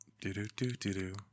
Do-do-do-do-do